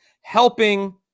helping